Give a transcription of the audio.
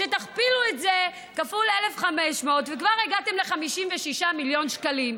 תכפילו את זה ב-1,500 וכבר הגעתם ל-56 מיליון שקלים.